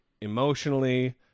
Emotionally